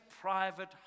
private